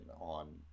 on